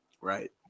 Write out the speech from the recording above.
right